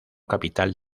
capital